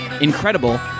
incredible